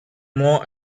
more